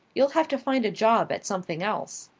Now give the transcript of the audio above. you'll have to find a job at something else.